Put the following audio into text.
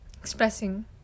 expressing